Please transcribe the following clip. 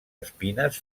espines